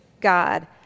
God